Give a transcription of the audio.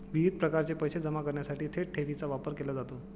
विविध प्रकारचे पैसे जमा करण्यासाठी थेट ठेवीचा वापर केला जातो